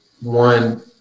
one